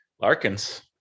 Larkins